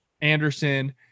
Anderson